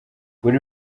buri